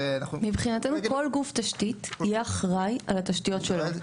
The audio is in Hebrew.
מבחינתנו כל גוף תשתית יהיה אחראי על התשתיות שלו.